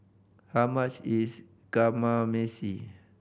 how much is Kamameshi